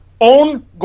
Own